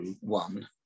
one